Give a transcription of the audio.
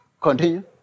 Continue